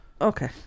Okay